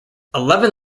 eleven